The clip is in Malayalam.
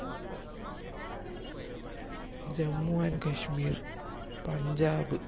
ജമ്മു ആൻഡ് കാശ്മീർ പഞ്ചാബ്